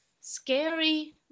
scary